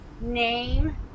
name